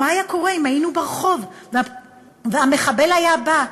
מה היה קורה אם היינו ברחוב והמחבל היה בא?